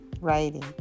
writing